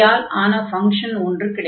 all ஆன function ஒன்று கிடைக்கும்